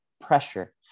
pressure